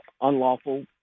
unlawful